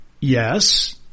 yes